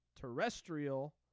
terrestrial